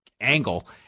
angle